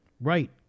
Right